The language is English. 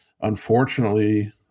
unfortunately